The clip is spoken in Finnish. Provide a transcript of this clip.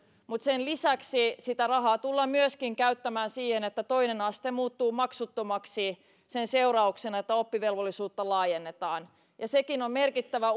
mutta sen lisäksi sitä rahaa tullaan käyttämään myöskin siihen että toinen aste muuttuu maksuttomaksi sen seurauksena että oppivelvollisuutta laajennetaan sekin on merkittävä